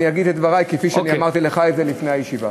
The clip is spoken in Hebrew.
אני אגיד את דברי כפי שאני אמרתי לך לפני הישיבה.